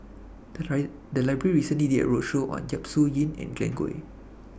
The Library recently did A roadshow on Yap Su Yin and Glen Goei